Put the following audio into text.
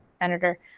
Senator